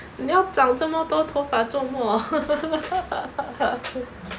你要长这么多头发做么